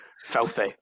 Filthy